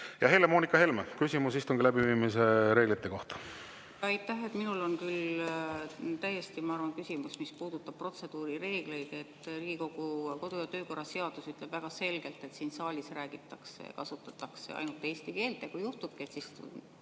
Ja Helle-Moonika Helme, küsimus istungi läbiviimise reeglite kohta.